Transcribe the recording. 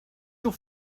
your